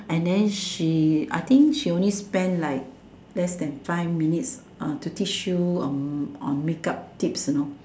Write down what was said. and then she I think she only spend like less than five minutes uh to teach you on on make up tips you know